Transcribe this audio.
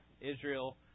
israel